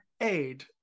aid